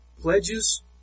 pledges